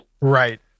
Right